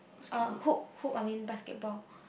uh hoop hoop I mean basketball